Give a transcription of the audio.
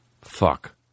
Fuck